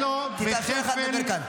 תכף יתאפשר לך לדבר כאן.